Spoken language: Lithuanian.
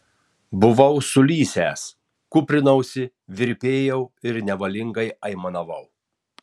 buvau sulysęs kūprinausi virpėjau ir nevalingai aimanavau